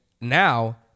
now